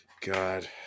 God